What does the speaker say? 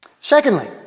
Secondly